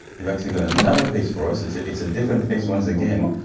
you've actually got another piece for us, it's ah it's a different piece once again,